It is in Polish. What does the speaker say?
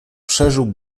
przeżył